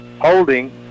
Holding